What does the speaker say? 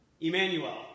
Emmanuel